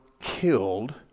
killed